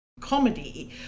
comedy